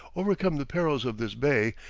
overcome the perils of this bay,